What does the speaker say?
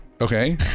Okay